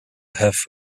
have